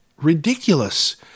ridiculous